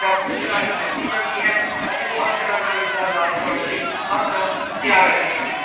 doctors ਰਾਹੀਂ ਦਿੱਤੀ ਜਾਂਦੀ ਹੈ ਅਤੇ ਉਹ ਹਰ ਤਰ੍ਹਾਂ ਨਾਲ ਇਸ ਦਾ ਇਲਾਜ ਕਰਵਾਉਣ ਲਈ ਹਰ ਦਮ ਤਿਆਰ ਰਹਿੰਦੇ ਹਨ